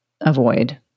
avoid